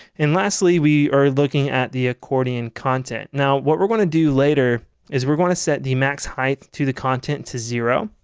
and last we we are looking at the accordion content now what we're going to do later is we're going to set the max height to the content to zero.